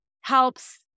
helps